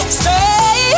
stay